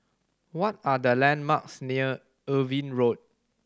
what are the landmarks near Irving Road